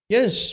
Yes